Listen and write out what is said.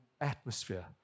atmosphere